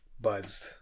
buzzed